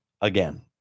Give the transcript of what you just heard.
again